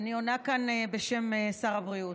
אני עונה כאן בשם שר הבריאות.